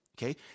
Okay